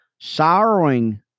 Sorrowing